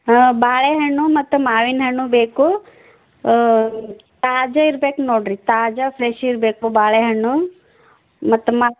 ಹಾಂ ಬಾಳೆಹಣ್ಣು ಮತ್ತು ಮಾವಿನ ಹಣ್ಣು ಬೇಕು ತಾಜಾ ಇರ್ಬೇಕು ನೋಡಿರಿ ತಾಜಾ ಫ್ರೆಶ್ ಇರಬೇಕು ಬಾಳೆ ಹಣ್ಣು ಮತ್ತು ಮಾ